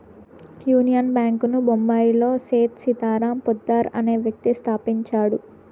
union Bank ను బొంబాయిలో సేథ్ సీతారాం పోద్దార్ అనే వ్యక్తి స్థాపించాడు